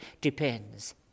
depends